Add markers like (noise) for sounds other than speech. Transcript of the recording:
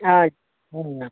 (unintelligible)